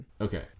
Okay